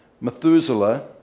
Methuselah